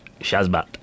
Shazbat